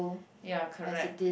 ya correct